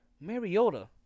Mariota